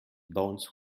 bones